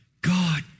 God